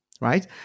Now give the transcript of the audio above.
right